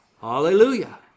Hallelujah